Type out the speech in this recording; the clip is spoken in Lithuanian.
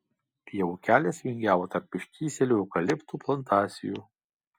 pievų kelias vingiavo tarp ištįsėlių eukaliptų plantacijų